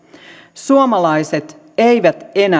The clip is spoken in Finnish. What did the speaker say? suomalaiset eivät enää